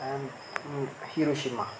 and Hiroshima